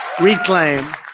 reclaim